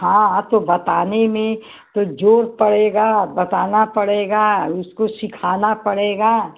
हाँ तो बताने में तो ज़ोर पड़ेगा बताना पड़ेगा उसको सीखाना पड़ेगा